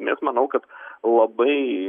nes manau kad labai